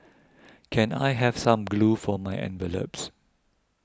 can I have some glue for my envelopes